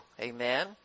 Amen